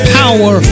power